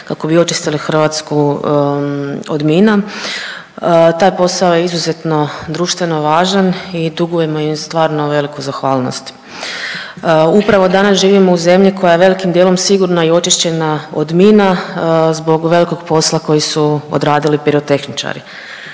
kako bi očistili Hrvatsku od mina. Taj posao je izuzetno društveno važan i dugujemo im stvarno veliku zahvalnost. Upravo danas živimo u zemlji koja je velikim dijelom sigurna i očišćena od mina zbog velikog posla koji su odradili pirotehničari.